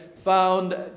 found